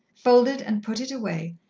folded and put it away,